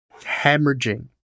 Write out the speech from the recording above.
hemorrhaging